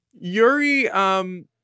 Yuri